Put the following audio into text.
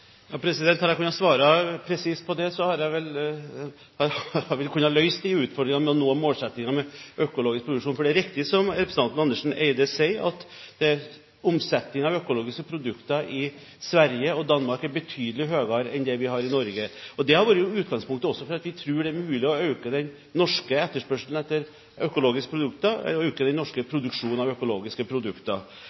jeg kunnet svare presist på det, ville vi vel ha løst de utfordringene med å nå målsettingene om økologisk produksjon. Det er riktig som representanten Andersen Eide sier, at omsetningen av økologiske produkter i Sverige og i Danmark er betydelig høyere enn den vi har i Norge. Det har også vært utgangspunktet for at vi tror det er mulig å øke den norske etterspørselen og den norske produksjonen av økologiske produkter.